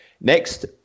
Next